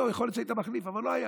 יכול להיות שהיית מחליף, אבל לא הייתה.